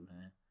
man